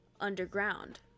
underground